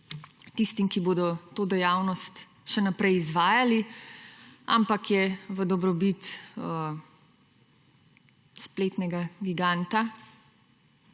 tistim, ki bodo to dejavnost še naprej izvajali, ampak je v dobrobit spletnega giganta